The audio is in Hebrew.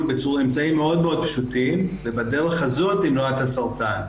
באמצעים מאוד מאוד פשוטים ובדרך הזאת למנוע את הסרטן.